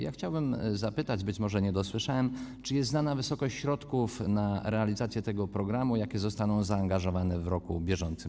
Ja chciałbym zapytać - być może nie dosłyszałem - czy jest znana wysokość środków na realizację tego programu, jakie zostaną zaangażowane w roku bieżącym.